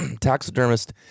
taxidermist